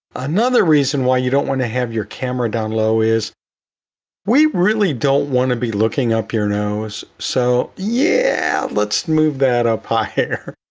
another reason why you don't want to have your camera down low is we really don't want to be looking up your nose. so yeah let's move that up higher.